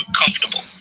comfortable